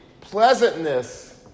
pleasantness